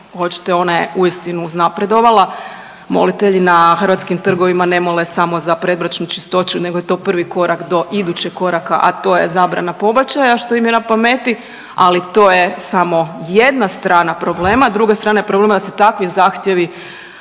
hoćete ona je uistinu uznapredovala, molitelji na hrvatskim trgovima ne mole samo za predbračnu čistoću, nego je to prvi korak do idućeg koraka, a to je zabrana pobačaja, što im je na pameti, ali to je samo jedna strana problema. Druga strana je problema da se takvi zahtjevi